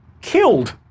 killed